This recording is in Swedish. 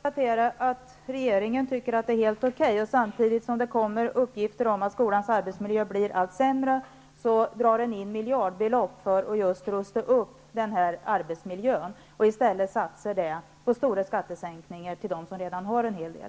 Fru talman! Regeringen tycker alltså att det är helt okej. Samtidigt som det kommer uppgifter om att skolans arbetsmiljö blir allt sämre drar man in miljardbelopp för att rusta upp denna arbetsmiljö. Detta satsar man i stället på stora skattesänkningar för dem som redan har en hel del.